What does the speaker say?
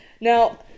Now